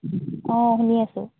অঁ শুনি আছোঁ